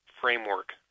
framework